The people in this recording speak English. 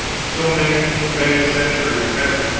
so many, many centuries hence,